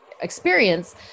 experience